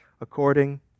according